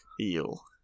eel